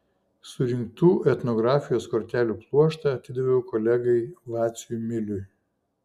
surinktų etnografijos kortelių pluoštą atidaviau kolegai vaciui miliui